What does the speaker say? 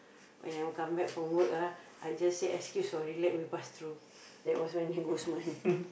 and when I come back for work ah I just say excuse sorry let me pass through that was when you ghost month